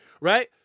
right